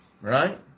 Right